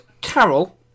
Carol